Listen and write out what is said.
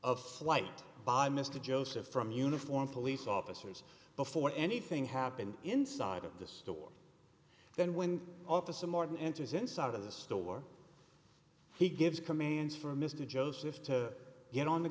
of flight by mr joseph from uniformed police officers before anything happened inside of the store then when officer martin enters inside of the store he gives commands for mr joseph to get on the